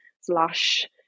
slash